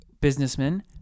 businessman